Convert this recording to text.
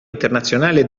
internazionale